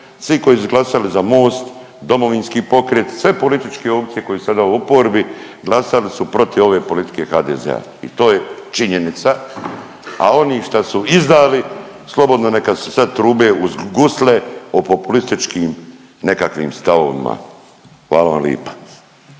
svi koji su glasali za Most, Domovinski pokret, sve političke opcije koje su sada u oporbi, glasali su protiv ove politike HDZ-a i to je činjenica, a oni šta su izdali, slobodno neka se sad trube .../Govornik se ne razumije./... o populističkim nekakvim stavovima. Hvala vam lipa.